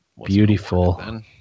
Beautiful